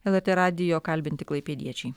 lrt radijo kalbinti klaipėdiečiai